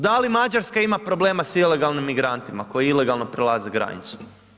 Da li Mađarska ima problema s ilegalnim migrantima koji ilegalno prelaze granicu?